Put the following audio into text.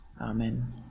Amen